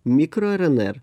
mikro rnr